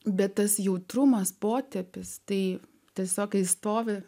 bet tas jautrumas potėpis tai tiesiog kai stovi